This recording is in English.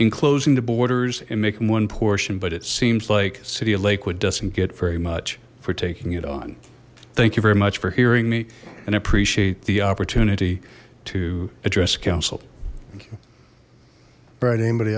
the borders and make them one portion but it seems like city of lakewood doesn't get very much for taking it on thank you very much for hearing me and appreciate the opportunity to address council right anybody